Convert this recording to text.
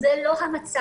זה לא המצב.